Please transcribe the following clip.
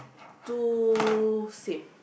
too same